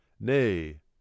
nay